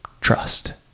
trust